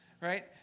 right